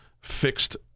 fixed